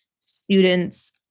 students